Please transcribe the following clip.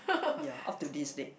ya up to this day